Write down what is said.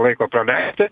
laiko praleisti